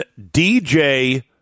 DJ